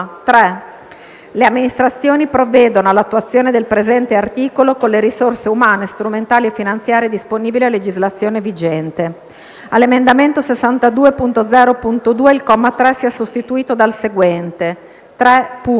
Le amministrazioni provvedono all'attuazione del presente articolo con risorse umane, strumentali e finanziarie disponibili a legislazione vigente."; all'emendamento 62.0.2, il comma 3 sia sostituito dal seguente: "3.